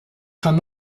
kann